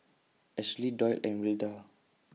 Ashly Doyle and Wilda